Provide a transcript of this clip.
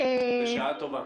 בשעה טובה.